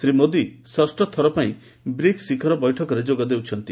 ଶ୍ରୀ ମୋଦୀ ଷଷ୍ଠଥର ପାଇଁ ବ୍ରିକ୍ସ ଶିଖର ବୈଠକରେ ଯୋଗଦେଉଛନ୍ତି